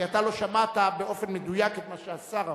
כי אתה לא שמעת באופן מדויק את מה שהשר אמר.